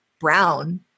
brown